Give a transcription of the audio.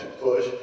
push